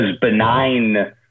benign